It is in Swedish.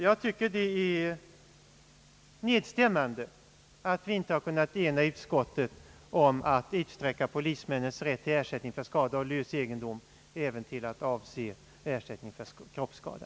Jag tycker att det är nedstämmande att vi inte kunnat ena utskottet om att utsträcka polismännens rätt till ersättning för skada å lös egendom till att även avse ersättning för kroppsskada.